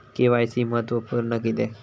KYC महत्त्वपुर्ण किद्याक?